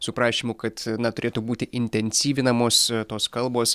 su prašymu kad na turėtų būti intensyvinamos tos kalbos